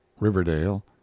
riverdale